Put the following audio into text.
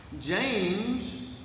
James